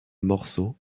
morceau